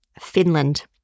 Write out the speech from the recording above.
Finland